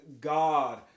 God